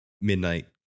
midnight